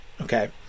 Okay